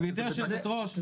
גבירתי יושבת הראש,